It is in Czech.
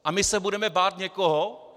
A my se budeme bát někoho?